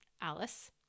Alice